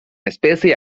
especie